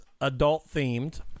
adult-themed